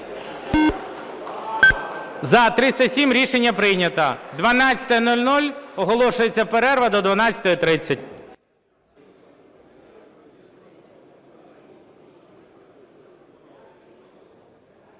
За-307 Рішення прийнято. 12:00, оголошується перерва до 12:30.